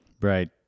Right